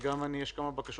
ונשמע עוד כמה אורחים,